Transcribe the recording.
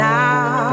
now